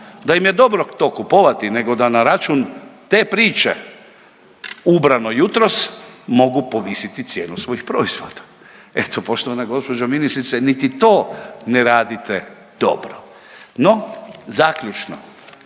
da im je dobro to kupovati nego da na račun te priče ubrano jutros mogu povisiti cijenu svojih proizvoda. Eto poštovana gospođo ministrice niti to ne radite dobro. No zaključno,